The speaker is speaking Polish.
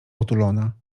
otulona